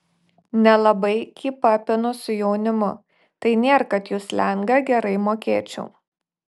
nelabai kypapinu su jaunimu tai nėr kad jų slengą gerai mokėčiau